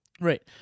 Right